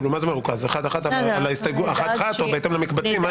אחת-אחת או בהתאם למקצבים,